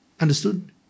understood